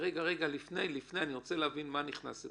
לפני אני רוצה להבין מה נכנס לתוקף.